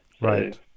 Right